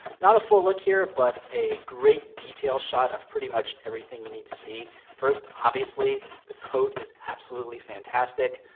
not a full look here, but a great detail shot of pretty much everything you need to see. first, obviously, the coat is absolutely fantastic.